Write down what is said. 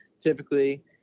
typically